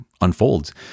unfolds